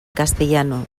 castellano